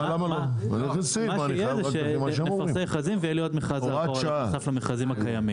מה שיהיה זה שנפרסם מכרזים ואלה יהיו עוד מכרזים נוסף למכרזים הקיימים.